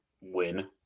Win